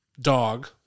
dog